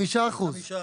חמישה אחוזים.